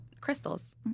crystals